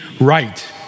right